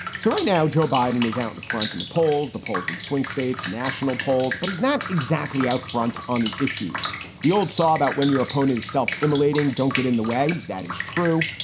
so right now, joe biden is out in front in the polls, the polls in swing states, national polls. but he's not exactly out front on the issues the old saw about when your opponent is self immolating, don't get in the way. that is true.